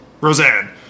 Roseanne